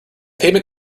pavement